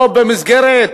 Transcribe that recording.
במסגרת